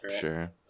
Sure